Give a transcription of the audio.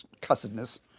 cussedness